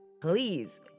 Please